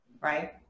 right